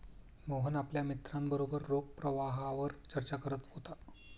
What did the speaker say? मोहन आपल्या मित्रांबरोबर रोख प्रवाहावर चर्चा करत होता